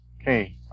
Okay